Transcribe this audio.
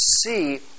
see